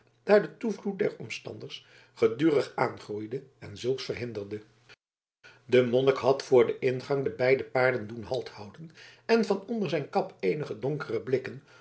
daar de toevloed der omstanders gedurig aangroeide en zulks verhinderde de monnik had voor den ingang de beide paarden doen halthouden en van onder zijn kap eenige donkere blikken